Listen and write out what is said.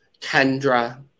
Kendra